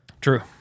True